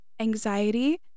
anxiety